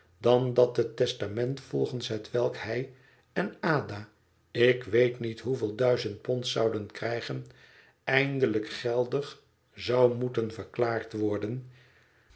dan dat het testament volgens hetwelk hij en ada ik weet niet hoeveel duizend pond zouden krijgen eindelijk geldig zou moeten verklaard worden